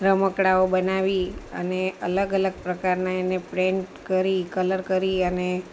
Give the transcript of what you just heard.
રમકડાઓ બનાવી અને અલગ અલગ પ્રકારના એને પ્રિન્ટ કરી કલર કરી અને